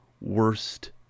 worst